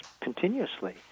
continuously